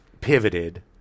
pivoted